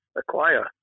acquire